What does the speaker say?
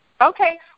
Okay